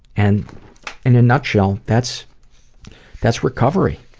and in a nutshell, that's that's recovery.